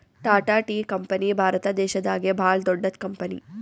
Tata tea company Bharat ದೇಶದಾಗೆ ಭಾಳ್ ದೊಡ್ಡದ್ ಕಂಪನಿ